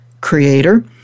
creator